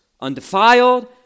undefiled